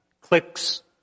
clicks